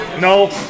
No